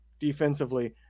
Defensively